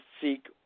seek